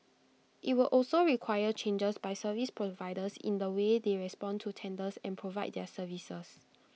IT will also require changes by service providers in the way they respond to tenders and provide their services